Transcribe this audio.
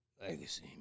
Legacy